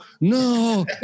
no